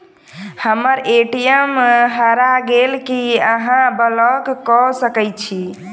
हम्मर ए.टी.एम हरा गेल की अहाँ ब्लॉक कऽ सकैत छी?